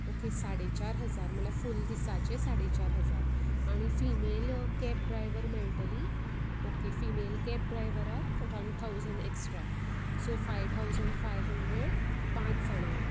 okay साडे चार हजार म्हळ्यार फूल दिसाचे साडे चार हजार आनी फिमेल कॅब ड्रायव्हर मेळटली ओके फिमेल कॅब ड्रायव्हराक one thousand extra so five thousand five hundred पांच जाणांक